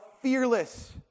fearless